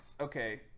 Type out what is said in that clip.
okay